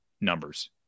numbers